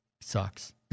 sucks